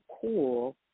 cool